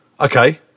Okay